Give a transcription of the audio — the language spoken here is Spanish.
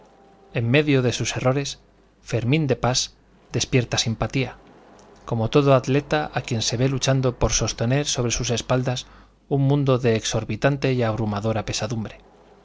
en medio de sus errores fermín de pas despierta simpatía como todo atleta a quien se ve luchando por sostener sobre sus espaldas un mundo de exorbitante y abrumadora pesadumbre